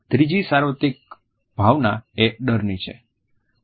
ત્રીજી સાર્વત્રિક ભાવના એ ડરની છે